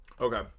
Okay